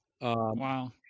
Wow